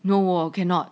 no [wor] cannot